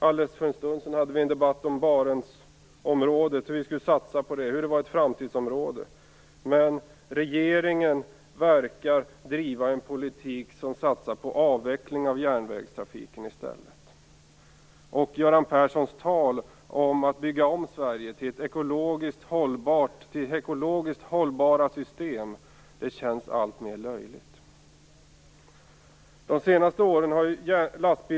Alldeles för en stund sedan hade vi en debatt om Barentsområdet, hur vi skulle satsa på det, och att det var ett framtidsområde. Regeringen verkar driva en politik som i stället satsar på avveckling av järnvägstrafiken. Göran Perssons tal om att bygga om Sverige till ekologiskt hållbara system känns alltmer löjligt.